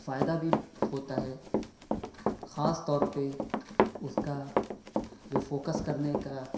فائدہ بھی ہوتا ہے خاص طور پہ اُس کا جو فوکس کرنے کا